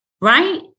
right